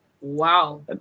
Wow